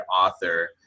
author